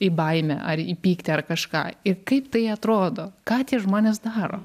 į baimę ar į pyktį ar kažką ir kaip tai atrodo ką tie žmonės daro